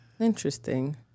Interesting